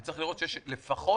וצריך לראות שיש לפחות